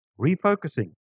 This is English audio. refocusing